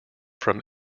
from